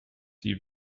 die